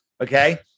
Okay